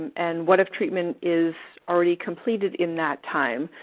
and what if treatment is already completed in that time?